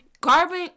Garbage